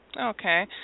Okay